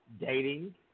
dating